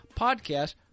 podcast